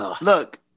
Look